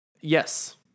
Yes